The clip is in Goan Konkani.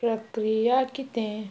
प्रक्रिया कितें